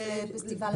גם לפסטיבל האורות.